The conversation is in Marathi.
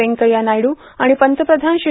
व्यंकय्या नायडू आणि पंतप्रधान श्री